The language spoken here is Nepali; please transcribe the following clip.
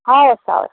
हवस् हवस्